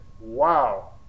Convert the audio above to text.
wow